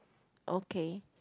okay